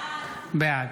בעד